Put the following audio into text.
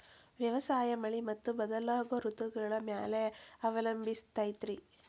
ವ್ಯವಸಾಯ ಮಳಿ ಮತ್ತು ಬದಲಾಗೋ ಋತುಗಳ ಮ್ಯಾಲೆ ಅವಲಂಬಿಸೈತ್ರಿ